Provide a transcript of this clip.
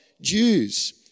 Jews